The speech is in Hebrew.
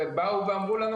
ובאו ואמרו לנו,